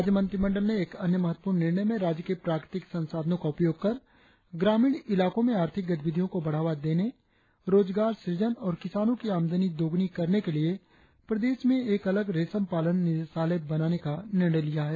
राज्यमंत्रिमंडल ने एक अन्य महत्वपूर्ण निर्णय में राज्य के प्राकृतिक संसाधनो का उपयोग कर ग्रामीण इलाकों में आर्थिक गतिविधियों को बढ़ावा देने में रोजगार सृजन और किसानों की आमदनी दोगुनी करने के लिए प्रदेश में एक अलग रेशम पालन निदेशालय बनाने का निर्णय लिया है